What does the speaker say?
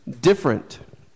different